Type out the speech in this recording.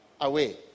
away